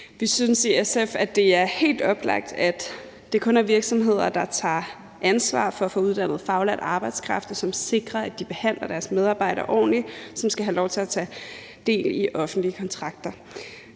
Vi synes i SF, at det er helt oplagt, at det kun er virksomheder, der tager ansvar for at få uddannet faglært arbejdskraft, og som sikrer, at de behandler deres medarbejdere ordentligt, der skal have lov til at tage del i offentlige kontrakter.